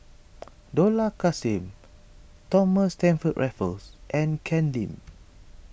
Dollah Kassim Thomas Stamford Raffles and Ken Lim